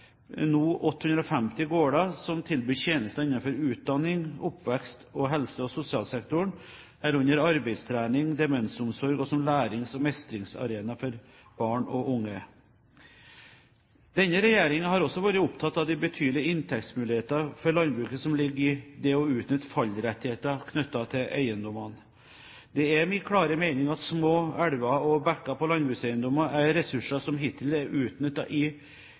nå 850 gårder som tilbyr tjenester innenfor utdanning, oppvekst og helse- og sosialsektoren, herunder arbeidstrening, demensomsorg og er lærings- og mestringsarenaer for barn og unge. Denne regjeringen har også vært opptatt av de betydelige inntektsmulighetene for landbruket som ligger i det å utnytte fallrettigheter knyttet til eiendommene. Det er min klare mening at små elver og bekker på landbrukseiendommer er ressurser som hittil er utnyttet i